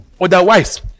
otherwise